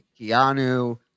Keanu